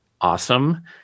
awesome